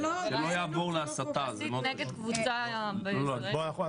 שלא יעבור להסתה, זה אוד חשוב.